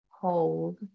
Hold